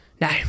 No